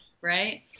right